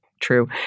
true